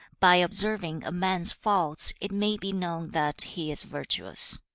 by observing a man's faults, it may be known that he is virtuous